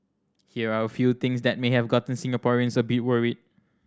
here are a few things that may have gotten Singaporeans a bit worried